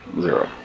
zero